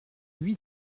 huit